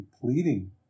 pleading